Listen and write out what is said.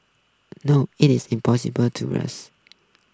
no it is impossible to rest